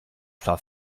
sua